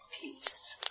peace